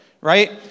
Right